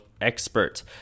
expert